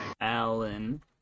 Alan